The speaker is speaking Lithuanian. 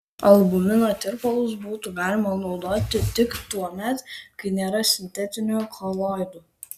albumino tirpalus būtų galima naudoti tik tuomet kai nėra sintetinių koloidų